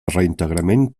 reintegrament